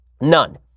None